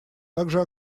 также